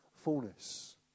fullness